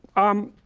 um,